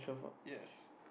yes